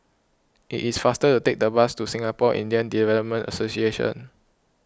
it is faster to take the bus to Singapore Indian Development Association